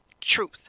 truth